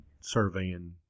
surveying